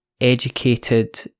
educated